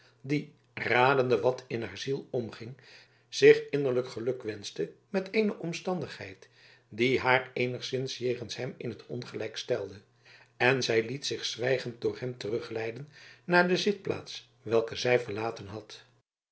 die radende wat in haar ziel omging zich innerlijk gelukwenschte met eene omstandigheid die haar eenigszins jegens hem in t ongelijk stelde en zij liet zich zwijgend door hem terugleiden naar de zitplaats welke zij verlaten had